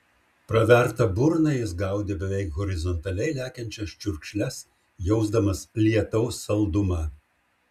praverta burna jis gaudė beveik horizontaliai lekiančias čiurkšles jausdamas lietaus saldumą